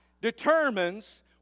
determines